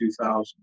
2000